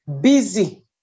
busy